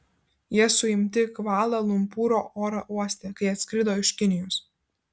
jie suimti kvala lumpūro oro uoste kai atskrido iš kinijos